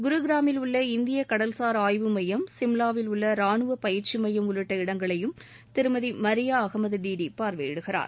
குருகிராமில் உள்ள இந்திய கடல்சார் ஆய்வு மையம் சிம்ளாவில் உள்ள ராணு பயிற்சி மையம் உள்ளிட்ட இடங்களையும் திருமதி மரியா அகமது டிடி பார்வையிடுகிறார்